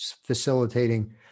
facilitating